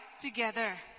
together